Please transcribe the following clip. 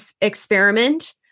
experiment